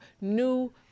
new